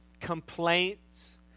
complaints